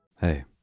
Hey